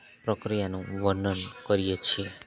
પ્રક્રિયાનું વર્ણન કરીએ છીએ